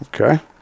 Okay